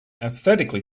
aesthetically